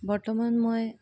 বৰ্তমান মই